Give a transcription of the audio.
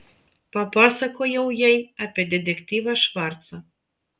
papasakojau jai apie detektyvą švarcą